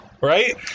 Right